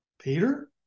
Peter